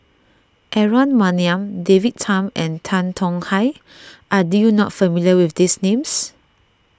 Aaron Maniam David Tham and Tan Tong Hye are you not familiar with these names